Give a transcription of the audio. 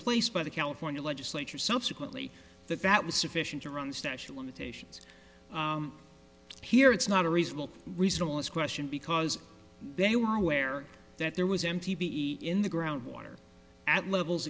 place by the california legislature subsequently that that was sufficient to run the statute limitations here it's not a reasonable reasonable is question because they were aware that there was m t b e in the groundwater at levels